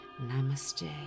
Namaste